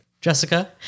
Jessica